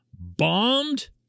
bombed